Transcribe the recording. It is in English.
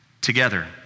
together